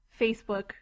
Facebook